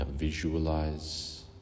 visualize